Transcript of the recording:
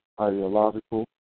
ideological